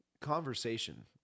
conversation